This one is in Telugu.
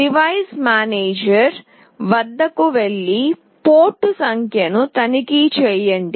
డివైస్ మేనేజర్ వద్దకు వెళ్లి పోర్ట్ సంఖ్యను తనిఖీ చేయండి